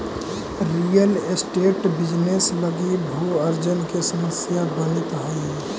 real estate business लगी भू अर्जन के समस्या बनित हई